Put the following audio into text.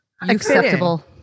Acceptable